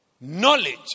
Knowledge